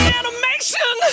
animation